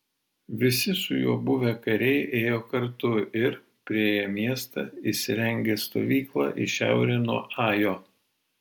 visi su juo buvę kariai ėjo kartu ir priėję miestą įsirengė stovyklą į šiaurę nuo ajo